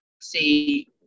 see